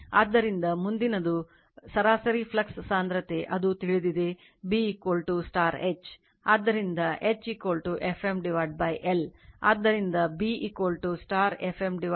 ಆದ್ದರಿಂದ ಮುಂದಿನದು ಸರಾಸರಿ ಫ್ಲಕ್ಸ್ ಸಾಂದ್ರತೆ ಅದು ತಿಳಿದಿದೆ B H ಆದ್ದರಿಂದ H Fm l